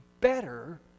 better